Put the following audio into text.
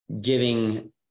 giving